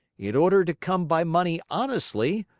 in order to come by money honestly,